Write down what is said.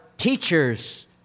teachers